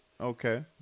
okay